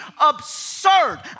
absurd